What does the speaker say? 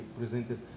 presented